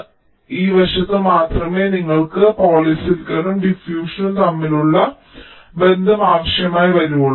അതിനാൽ ഈ വശത്ത് മാത്രമേ നിങ്ങൾക്ക് പോളിസിലിക്കണും ഡിഫ്യൂഷനും തമ്മിലുള്ള ബന്ധം ആവശ്യമായി വരൂ